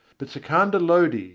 but sikandar lodi,